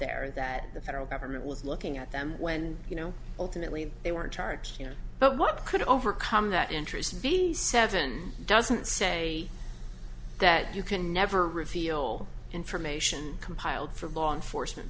there that the federal government was looking at them when you know ultimately they were in charge you know but what could overcome that interest of eighty seven doesn't say that you can never reveal information compiled for law enforcement